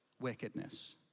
wickedness